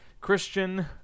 Christian